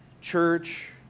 church